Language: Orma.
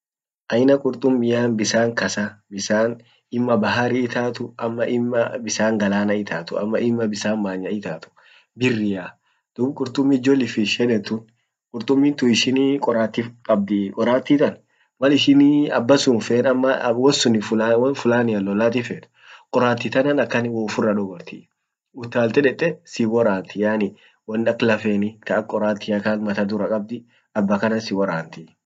Aina qurtumi bisan kasa bisan imma baharia itatu ama imma bisan galana itatu ama imma bisan manya itatu birria ,dub qurtumi jellyfish yeden tun qurtumin tun ishini qorati qabdii qorati tan mal ishini abasun hinfen ama wonsun fula ama wom fulanian lolati fet qorati tanan akan wo ufirra dogorti utalte dete sinworanti yani won ak lafeni ta ak qoratia tant mata dura qabdi abakanan siworantii